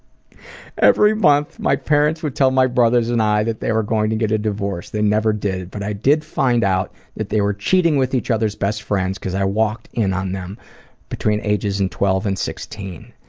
every month my parents would tell my brothers and i that they were going to get a divorce, they never did, but i did find out that they were cheating with each other's best friends because i walked in on them between ages and twelve and sixteen.